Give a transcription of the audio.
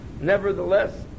nevertheless